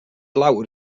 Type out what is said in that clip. lawr